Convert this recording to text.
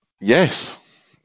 yes